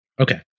Okay